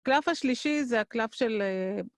קלף השלישי זה הקלף של...